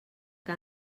que